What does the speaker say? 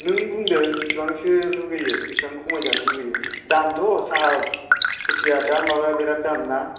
नों बुंदो बेसेबांसो लुगोयो बेसेबां खमायजानो लुगैयो दामथ' साहा कफिआ दा माबाया बिराद दाम ना